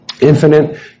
infinite